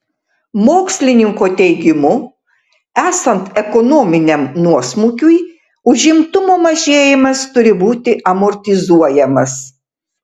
mokslininko teigimu esant ekonominiam nuosmukiui užimtumo mažėjimas turi būti amortizuojamas